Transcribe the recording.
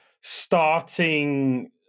starting